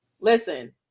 listen